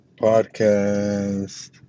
podcast